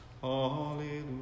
Hallelujah